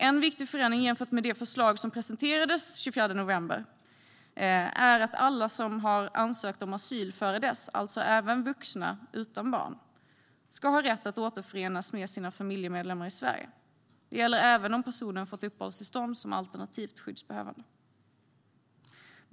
En viktig förändring jämfört med det förslag som presenterades den 24 november är att alla som har ansökt om asyl före dess, alltså även vuxna utan barn, ska ha rätt att återförenas med sina familjemedlemmar i Sverige. Det gäller även om personen har fått uppehållstillstånd som alternativt skyddsbehövande.